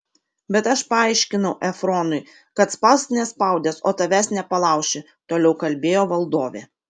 bet aš paaiškinau efronui kad spausk nespaudęs o tavęs nepalauši toliau kalbėjo valdovė